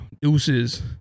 deuces